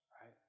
right